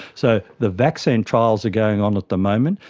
so the vaccine trials are going on at the moment.